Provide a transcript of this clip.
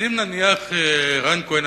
אז אם נניח רם כהן,